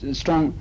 strong